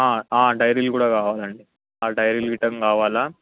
డైరీలు కూడా కావాలండి ఆ డైరీలు రిటర్న్ కావాలా